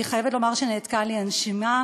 אני חייבת לומר שנעתקה לי הנשימה,